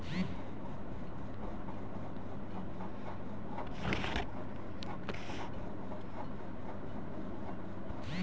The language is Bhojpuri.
बेरा के लतर पोखरा तलाब के ही पानी में होला